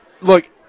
Look